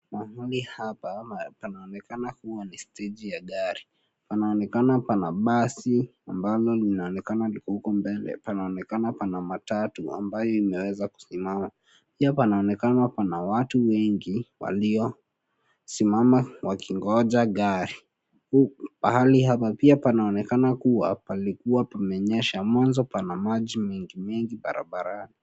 Mahali hapa panaonekana kuwa ni steji ya gari. Panaonekana pana basi ambalo linaonekana liko huko mbele ,panaonekana pana matatu ambayo imeweza kusimama. Pia panaonekana pana watu wengi waliosimama wakingoja gari. Pahali hapa pia panaonekana kuwa palikua pamenyesha mwanzo pana maji mingi mingi barabara.